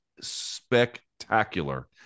spectacular